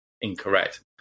incorrect